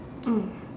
mm